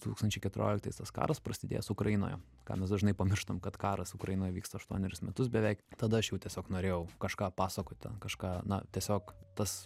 du tūkstančiai keturioliktais tas karas prasidėjęs ukrainoje ką mes dažnai pamirštam kad karas ukrainoj vyksta aštuonerius metus beveik tada aš jau tiesiog norėjau kažką pasakot ten kažką na tiesiog tas